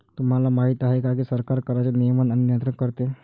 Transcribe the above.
तुम्हाला माहिती आहे का की सरकार कराचे नियमन आणि नियंत्रण करते